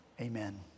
Amen